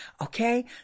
Okay